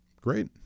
Great